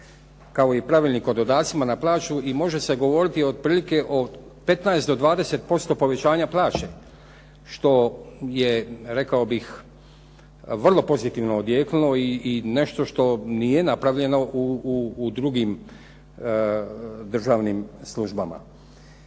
kao i pravilnik o dodacima na plaću i može se govoriti otprilike o 15 do 20% povećanja plaće, što je rekao bih vrlo pozitivno odjeknulo i nešto što nije napravljeno u drugim državnim službama.